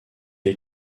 est